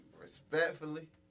Respectfully